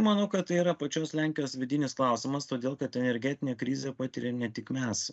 manau kad tai yra pačios lenkijos vidinis klausimas todėl kad energetinę krizę patiriam ne tik mes